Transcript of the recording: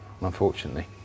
unfortunately